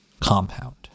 compound